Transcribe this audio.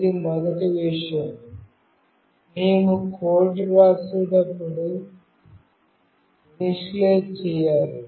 ఇది మొదటి విషయం మేము కోడ్ వ్రాసేటప్పుడు ఇనీటిఅలీజ్ చేయాలి